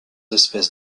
espèces